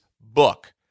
book